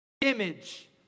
image